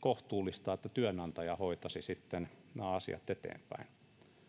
kohtuullista että työnantaja hoitaisi sitten nämä asiat eteenpäin